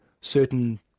certain